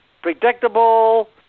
predictable